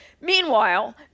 Meanwhile